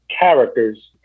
characters